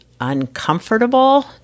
uncomfortable